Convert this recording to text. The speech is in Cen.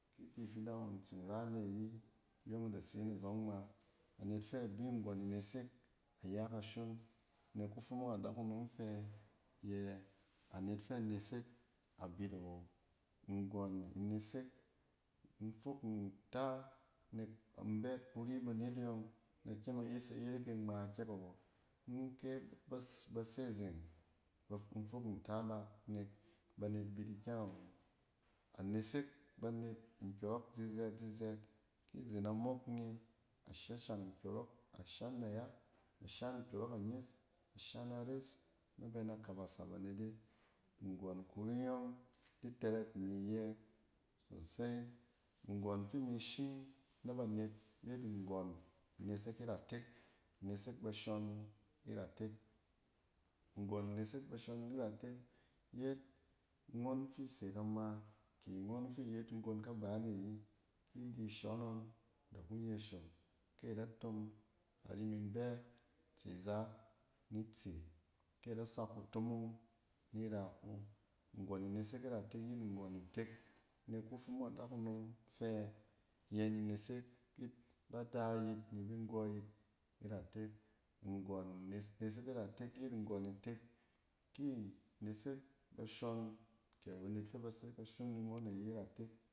Ki idi fidang ngↄn tsin ran a yi, iyↄng ida sen a zↄng ngma. Anet fɛ bi nggↄn inesek aya kashon nek kufumung adakunom fɛ yɛ anet fɛ nesek abit awo. Nggↄn inesek, in fok nta nek in bɛ yit kuri banete yↄng, in da kyem in yes iyerek e ngma kyɛk awo. In kyɛ ba se zang baf, in fok nta ba nek banɛt bit ikyɛng awo. A nesek banet nkyↄrↄk zizɛt-zizɛt. ki izen amok nye, ashashang nkyↄrↄk, a shan nayak, a shan nkyↄrↄk anyɛs a shan ares nɛ bɛ na kabasa banet e. Nggↄn kuri nyↄng di tɛrɛk imi iyɛ sosai. Nggↄn inesek bashↄn iratek, yet, ngↄn fi se kama ki ngↄn yet nggon kabana ayi ki idi ashↄn ngↄn da kun ye show. kɛ ada tom ari min bɛ tse za nit se, kɛ ada sak kutomong ni ra. Nggↄn inesek iratek yet nggↄn ntek nek kufumung adakunom fɛ yɛ ni in nesek yit ba da yit ni binggↄyit iratek. Nggↄn inesek iratek yet nggↄn ntek. Ki inesek bashↄn ke banet fɛ ba se kasham ni ngↄn ayi iraek.